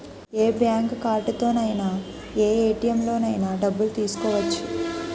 ఏ bank కార్డుతోనైన ఏ ATM లోనైన డబ్బులు తీసుకోవచ్చు